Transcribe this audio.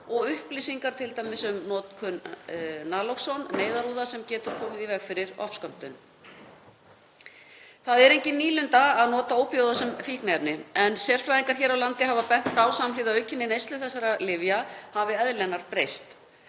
fá upplýsingar um notkun Naloxone, neyðarúða sem getur komið í veg fyrir ofskömmtun. Það er engin nýlunda að nota ópíóíða sem fíkniefni en sérfræðingar hér á landi hafa bent á að samhliða aukinni neyslu þessara lyfja hafi eðli hennar breyst.